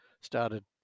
started